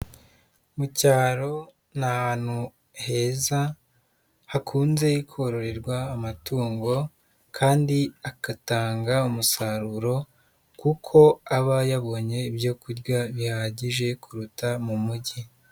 Mu cyaro ni ahantu heza hakunze kororerwa amatungo kandi agatanga umusaruro kuko aba yabonye ibyo kurya bihagije kuruta mu mugi.